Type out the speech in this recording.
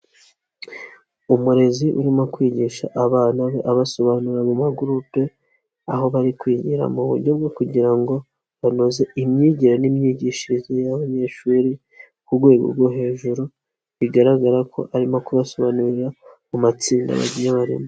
Umurezi urimo kwigisha abana be abasobanurira mu ma gurupe, aho bari kwigira mu buryo bwo kugira ngo banoze imyigire n'imyigishirize y'abanyeshuri ku rwego rwo hejuru, bigaragara ko arimo kubasobanurira mu matsinda bagiye barimo.